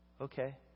Okay